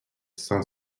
cinq